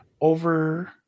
over –